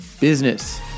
Business